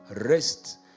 Rest